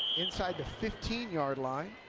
inside the fifteen yard line,